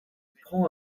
prend